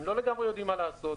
הם לא לגמרי יודעים מה לעשות.